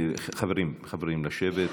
חברים, חברים, לשבת.